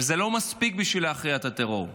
אבל זה לא מספיק בשביל להכריע את הטרור.